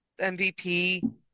MVP